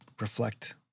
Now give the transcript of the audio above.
reflect